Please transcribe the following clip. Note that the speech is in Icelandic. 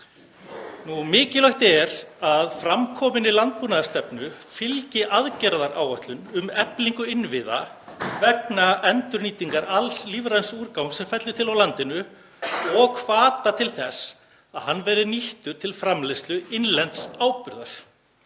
Mikilvægt er að í fram kominni landbúnaðarstefnu fylgi aðgerðaáætlun um eflingu innviða vegna endurnýtingar alls lífræns úrgangs sem fellur til á landinu og hvata til þess að hann verði nýttur til framleiðslu innlends áburðar.